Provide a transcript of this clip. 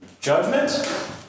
judgment